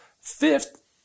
Fifth